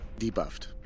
debuffed